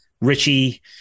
Richie